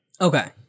Okay